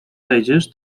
wejdziesz